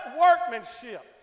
workmanship